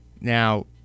Now